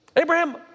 Abraham